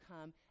come